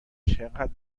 چقدر